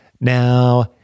Now